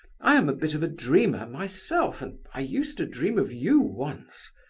i am a bit of a dreamer myself, and i used to dream of you once.